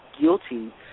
guilty